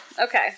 okay